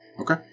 Okay